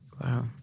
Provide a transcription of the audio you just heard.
Wow